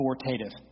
authoritative